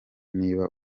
niba